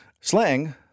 Slang